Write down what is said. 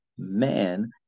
man